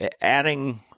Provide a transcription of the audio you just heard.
adding